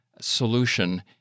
solution